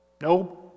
Nope